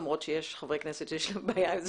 למרות שיש חברי כנסת שיש להם בעיה עם זה